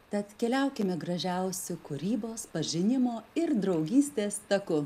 tad keliaukime gražiausiukūrybos pažinimo ir draugystės taku